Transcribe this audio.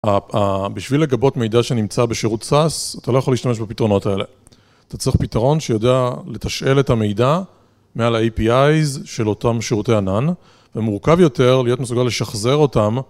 בשביל לגבות מידע שנמצא בשירות סאס, אתה לא יכול להשתמש בפתרונות האלה. אתה צריך פתרון שיודע לתשאל את המידע מעל ה-APIs של אותם שירותי ענן, ומורכב יותר להיות מסוגל לשחזר אותם.